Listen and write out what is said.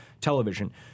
television